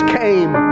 came